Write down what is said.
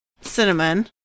Cinnamon